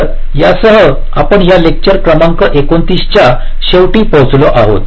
तर यासह आपण या लेक्चर क्रमांक 29 च्या शेवटी पोहोचलो आहोत